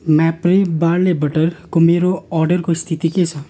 barley बटरको मेरो अर्डरको स्थिति के छ